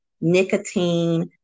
nicotine